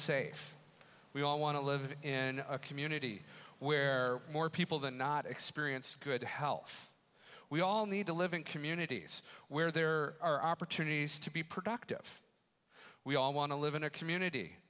safe we all want to live in a community where more people than not experience good health we all need to live in communities where there are opportunities to be productive we all want to live in a community